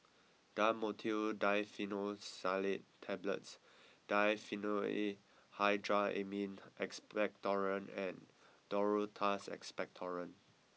Dhamotil Diphenoxylate Tablets Diphenhydramine Expectorant and Duro Tuss Expectorant